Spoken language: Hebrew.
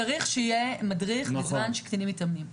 צריך שיהיה מדריך בזמן שקטינים מתאמנים.